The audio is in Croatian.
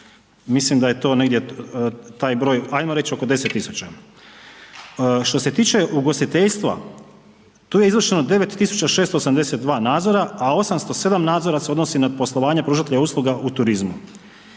mislim da je to negdje taj broj, ajmo reć oko 10.000. Što se tiče ugostiteljstva tu je izvršeno 9.682 nadzora, a 807 nadzora se odnosi na poslovanje pružatelja usluga u turizmu.